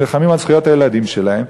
ונלחמים על זכויות הילדים שלהם,